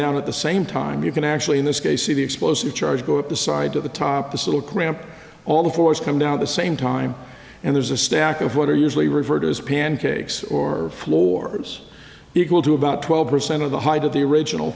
down at the same time you can actually in this case see the explosive charge go up the side of the top this little cramp all the force come down the same time and there's a stack of what are usually referred to as pancakes or floors equal to about twelve percent of the height of the original